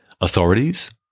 authorities